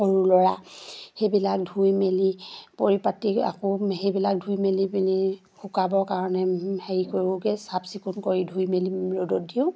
সৰু ল'ৰা সেইবিলাক ধুই মেলি পৰিপাটি আকৌ সেইবিলাক ধুই মেলি পিনি শুকাবৰ কাৰণে হেৰি কৰোঁগৈ চাফ চিকুণ কৰি ধুই মেলি ৰ'দত দিওঁ